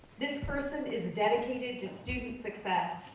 this person is dedicated to student success,